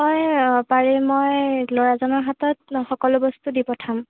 হয় পাৰিম মই ল'ৰাজনৰ হাতত মই সকলো বস্তু দি পঠাম